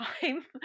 time